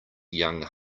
young